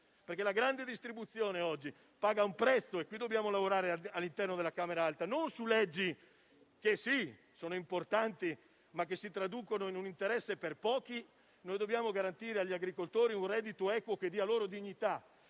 la grande distribuzione oggi paga un prezzo ed è su questo che dobbiamo lavorare all'interno della Camera alta, non su leggi che sono importanti, ma si traducono in un interesse per pochi. Dobbiamo garantire agli agricoltori un reddito equo che dia loro dignità,